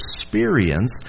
experience